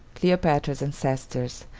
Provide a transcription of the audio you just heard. cleopatra's ancestors,